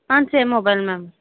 same mobile ma'am